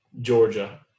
Georgia